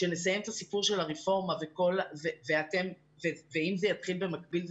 לסיים את הסיפור של הרפורמה ואם זה יתחיל במקביל,